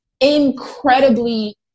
incredibly